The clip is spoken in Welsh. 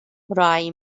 rai